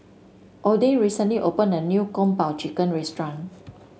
Odin recently opened a new Kung Po Chicken restaurant